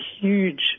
huge